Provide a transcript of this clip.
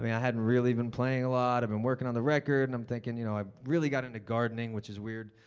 i mean i hadn't really been playing a lot. i'd been working on the record and i'm thinking, you know i really got into gardening, which is weird.